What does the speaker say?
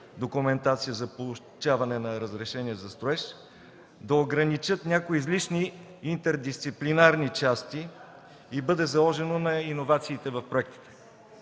документация за получаване на разрешение за строеж, да ограничат някои излишни интердисциплинарни части и бъде заложено на иновациите в проектите.